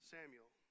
Samuel